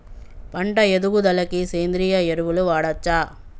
పంట ఎదుగుదలకి సేంద్రీయ ఎరువులు వాడచ్చా?